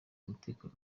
umutekano